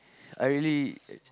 I really uh